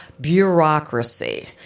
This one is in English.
bureaucracy